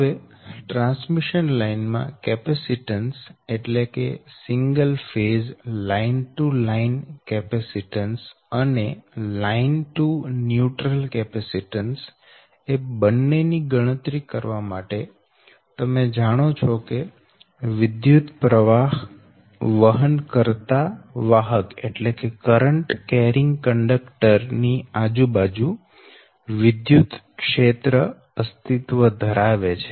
હવે transmission line માં capacitance એટલે કે single phase line to line capacitance અને લાઈન ટુ ન્યુટ્રલ કેપેસીટન્સ એ બંને ની ગણતરી કરવા માટે તમે જાણો છો કે વિદ્યુતપ્રવાહ વહનકર્તા વાહક ની આજુબાજુ વિદ્યુત ક્ષેત્ર અસ્તિત્વ ધરાવે છે